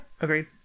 agreed